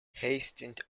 hastened